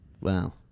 Wow